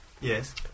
Yes